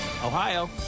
Ohio